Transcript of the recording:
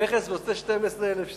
המכס רוצה 12,000 שקל.